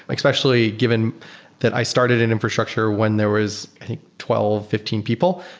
like especially given that i started in infrastructure when there was i think twelve, fifteen people,